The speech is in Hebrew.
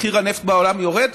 מחיר הנפט בעולם יורד,